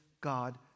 God